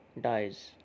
dies